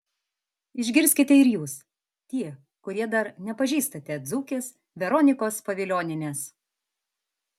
išgirskite ir jūs tie kurie dar nepažįstate dzūkės veronikos povilionienės